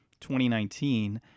2019